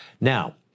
Now